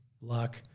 luck